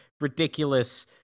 ridiculous